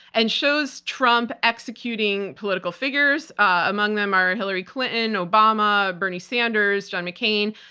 and shows trump executing political figures. among them are hillary clinton, obama, bernie sanders john mccain,